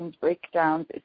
breakdowns